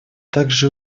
также